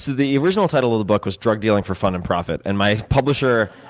so the original title of the book was drug dealing for fun and profit. and my publisher,